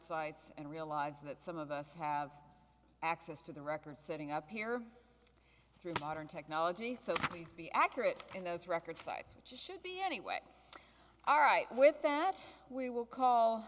sites and realize that some of us have access to the record setting up here through modern technology so please be accurate and those record sites should be anyway all right with that we will call